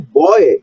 boy